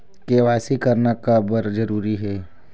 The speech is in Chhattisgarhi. के.वाई.सी करना का बर जरूरी हे?